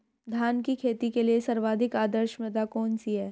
धान की खेती के लिए सर्वाधिक आदर्श मृदा कौन सी है?